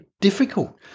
difficult